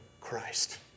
Christ